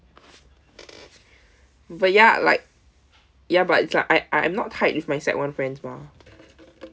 but ya like ya but it's like I I'm not tight with my sec one friends mah